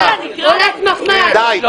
אני נשארת, גאה.